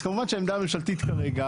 אז כמובן שהעמדה הממשלתית כרגע,